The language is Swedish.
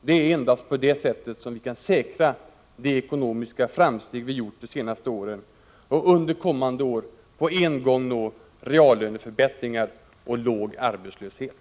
Det är endast på det sättet vi kan säkra de ekonomiska framsteg vi gjort de senaste åren och under kommande år på en gång nå reallöneförbättringar och låg arbetslöshet.